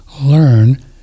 learn